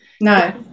No